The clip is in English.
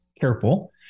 careful